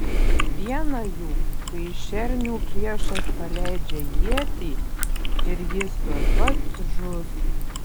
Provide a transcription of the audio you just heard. viena jų kai į šernių priešas paleidžia ietį ir jis tuoj pat žus